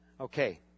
Okay